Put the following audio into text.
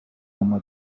اما